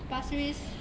pasir ris